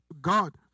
God